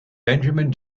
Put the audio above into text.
benjamin